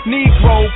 Negro